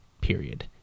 period